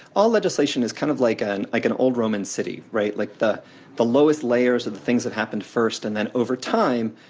all legislation is kind of like an like an old roman city, right? like the the lowest layers are the things that happened first, and then over time,